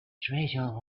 treasure